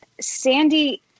Sandy